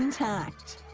intact,